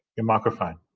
your microphone.